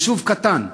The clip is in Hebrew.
יישוב קטן,